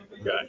Okay